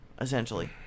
essentially